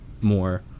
more